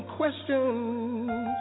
questions